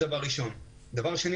דבר שני,